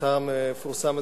המבצר המפורסם הזה,